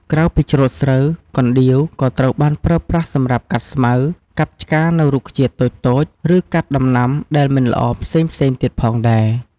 ក្រៅពីច្រូតស្រូវ កណ្ដៀវក៏ត្រូវបានប្រើប្រាស់សម្រាប់កាត់ស្មៅ កាប់ឆ្កានៅរុក្ខជាតិតូចៗ ឬកាត់ដំណាំដែលមិនល្អផ្សេងៗទៀតផងដែរ។